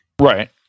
Right